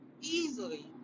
Easily